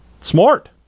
Smart